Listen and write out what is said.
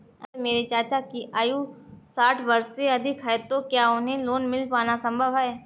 अगर मेरे चाचा की आयु साठ वर्ष से अधिक है तो क्या उन्हें लोन मिल पाना संभव है?